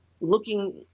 looking